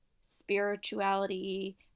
spirituality